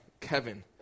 Kevin